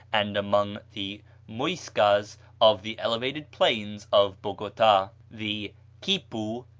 and among the muyscas of the elevated plains of bogota. the quipu,